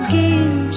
game